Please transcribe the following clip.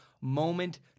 moment